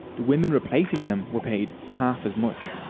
the women replacing them were paid half as much.